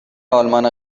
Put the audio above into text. آلمان